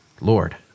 Lord